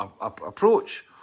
approach